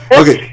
okay